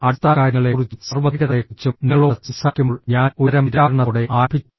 അടിസ്ഥാനകാര്യങ്ങളെക്കുറിച്ചും സാർവത്രികതകളെക്കുറിച്ചും നിങ്ങളോട് സംസാരിക്കുമ്പോൾ ഞാൻ ഒരുതരം നിരാകരണത്തോടെ ആരംഭിച്ചു